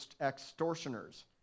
extortioners